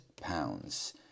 pounds